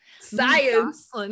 science